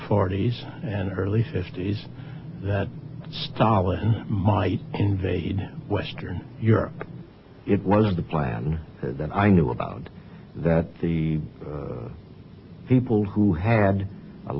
forty's and early fifty's that stalin might invade western europe it was the plan that i knew about that the people who had a